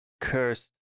cursed